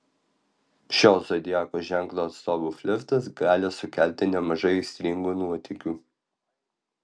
šio zodiako ženklo atstovų flirtas gali sukelti nemažai aistringų nuotykių